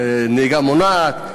נהיגה מונעת.